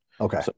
okay